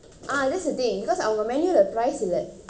ah that's the thing because அவுங்க:avunga menu price இல்லை:illai